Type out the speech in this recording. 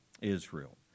Israel